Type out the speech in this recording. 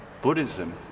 Buddhism